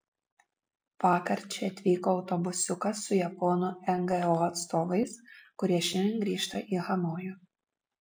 vakar čia atvyko autobusiukas su japonų ngo atstovais kurie šiandien grįžta į hanojų